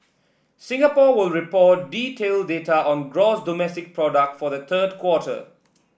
Singapore will report detailed data on gross domestic product for the third quarter